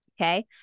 Okay